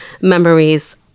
memories